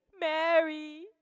Mary